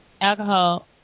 alcohol